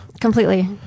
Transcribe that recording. Completely